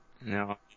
no